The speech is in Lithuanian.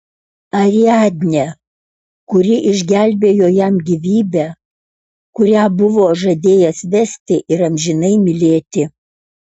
ariadnę kuri išgelbėjo jam gyvybę kurią buvo žadėjęs vesti ir amžinai mylėti